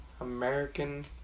American